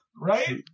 Right